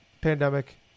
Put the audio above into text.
Pandemic